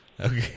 Okay